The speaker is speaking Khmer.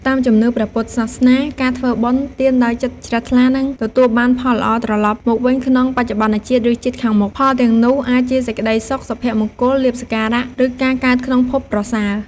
តាមជំនឿព្រះពុទ្ធសាសនា ការធ្វើបុណ្យទានដោយចិត្តជ្រះថ្លា នឹងទទួលបានផលល្អត្រឡប់មកវិញក្នុងបច្ចុប្បន្នជាតិ ឬជាតិខាងមុខ។ ផលទាំងនោះអាចជាសេចក្ដីសុខ សុភមង្គល លាភសក្ការៈ ឬការកើតក្នុងភពប្រសើរ។